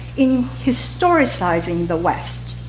in historicizing the west.